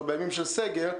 או בימים של סגר,